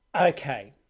Okay